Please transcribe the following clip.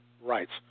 rights